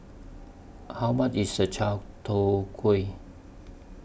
How much IS The Chai Tow Kway